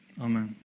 Amen